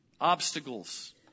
obstacles